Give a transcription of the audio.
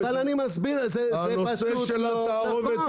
אבל אני מסביר, זה פשוט לא נכון.